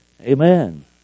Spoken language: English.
amen